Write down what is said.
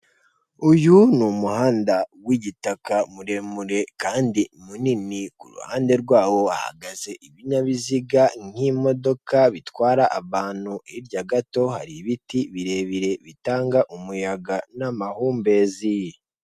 Uyu ni umuhanda wigitaka muremure kandi munini kuruhande rwawo hahagaze ibinyabiziga nk'imodoka bitwara abantu hirya gato hari ibiti birebire bitanga umuyaga n'amahumbezi.